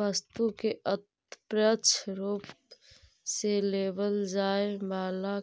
वस्तु पर अप्रत्यक्ष रूप से लेवल जाए वाला